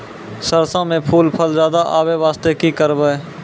सरसों म फूल फल ज्यादा आबै बास्ते कि करबै?